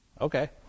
okay